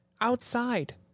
outside